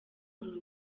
uru